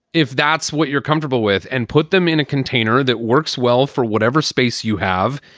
if that's what you're comfortable with, and put them in a container that works well for whatever space you have.